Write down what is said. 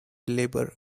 labour